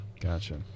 gotcha